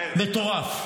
מטורף.